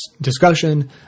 discussion